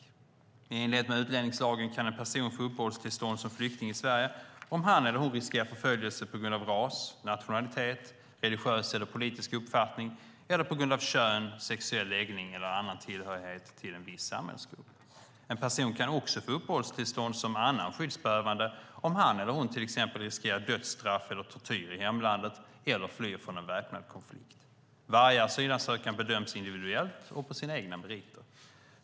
I enlighet med utlänningslagen kan en person få uppehållstillstånd som flykting i Sverige om han eller hon riskerar förföljelse på grund av ras, nationalitet, religiös eller politisk uppfattning eller på grund av kön, sexuell läggning eller annan tillhörighet till en viss samhällsgrupp. En person kan också få uppehållstillstånd som annan skyddsbehövande om han eller hon till exempel riskerar dödsstraff eller tortyr i hemlandet eller flyr från en väpnad konflikt. Varje asylansökan bedöms individuellt och på sina egna meriter.